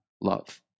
love